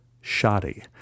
Shoddy